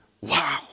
Wow